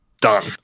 done